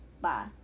Bye